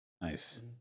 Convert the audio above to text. Nice